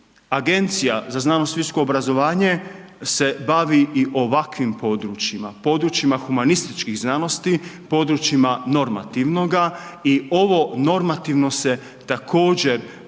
Agencija za znanost i visoko obrazovanje se bavi i ovakvim područjima, područjima humanističkih znanosti, područjima normativnoga i ovo normativno se također može